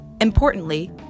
importantly